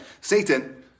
Satan